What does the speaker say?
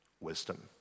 wisdom